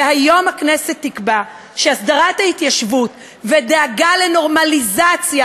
והיום הכנסת תקבע שהסדרת ההתיישבות ודאגה לנורמליזציה